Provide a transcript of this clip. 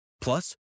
Plus